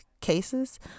cases